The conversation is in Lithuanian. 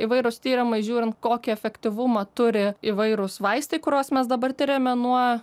įvairūs tyrimai žiūrint kokį efektyvumą turi įvairūs vaistai kuriuos mes dabar tiriame nuo